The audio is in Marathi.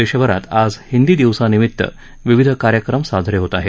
देशभरात आज हिंदी दिवसानिमित्त विविध कार्यक्रम साजरे होत आहेत